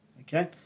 Okay